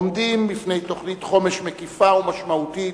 עומדים בפני תוכנית חומש מקיפה ומשמעותית,